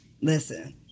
Listen